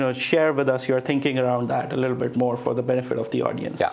ah share with us your thinking around that a little bit more for the benefit of the audience? yeah